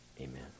Amen